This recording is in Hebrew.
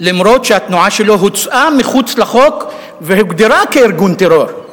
למרות שהתנועה שלו הוצאה מחוץ לחוק והוגדרה כארגון טרור.